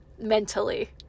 mentally